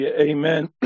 amen